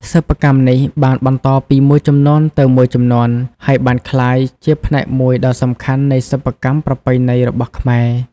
សិប្បកម្មនេះបានបន្តពីមួយជំនាន់ទៅមួយជំនាន់ ហើយបានក្លាយជាផ្នែកមួយដ៏សំខាន់នៃសិប្បកម្មប្រពៃណីរបស់ខ្មែរ។